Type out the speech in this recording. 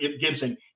Gibson